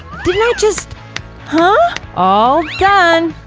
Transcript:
didn't i just huh? all done!